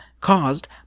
caused